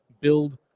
build